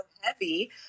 heavy